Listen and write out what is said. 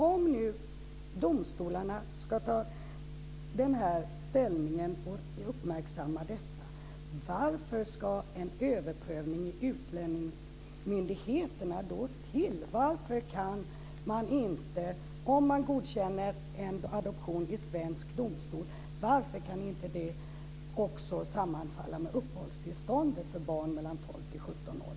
Om nu domstolarna ska ta denna ställning och uppmärksamma detta, varför ska då en överprövning i utlänningsmyndigheterna till? Om man godkänner en adoption i svensk domstol, varför kan då inte det sammanfalla med uppehållstillståndet för barn mellan 12 och 17 år?